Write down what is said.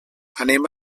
anem